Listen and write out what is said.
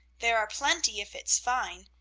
there are plenty if it's fine,